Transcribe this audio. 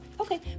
Okay